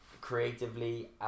creatively